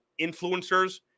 influencers